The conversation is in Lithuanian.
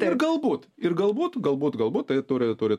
ir galbūt ir galbūt galbūt galbūt tai turi turi